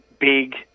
big